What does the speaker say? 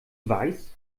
weiß